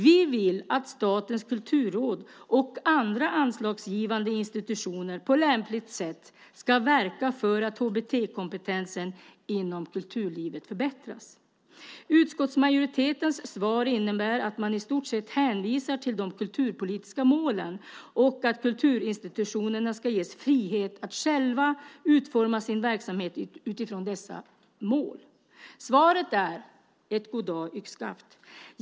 Vi vill att Statens kulturråd och andra anslagsgivande institutioner på lämpligt sätt ska verka för att HBT-kompetensen inom kulturlivet förbättras. Utskottsmajoritetens svar innebär att man i stort sett hänvisar till de kulturpolitiska målen och till att kulturinstitutionerna ska ges frihet att själva utforma sin verksamhet utifrån dessa mål. Svaret är: Goddag yxskaft!